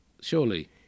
surely